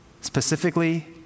specifically